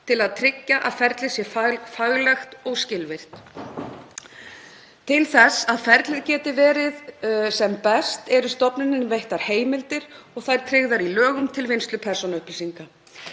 til að tryggja að ferlið sé faglegt og skilvirkt. Til þess að ferlið geti verið sem best eru stofnuninni veittar heimildir og þær tryggðar í lögum til vinnslu persónuupplýsinga.